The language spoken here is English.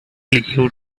you